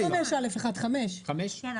לא על סעיף 5א1 אלא על סעיף 5. לא,